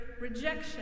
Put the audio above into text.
rejection